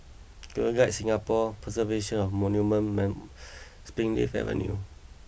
Girl Guides Singapore Preservation of Monuments Springleaf Avenue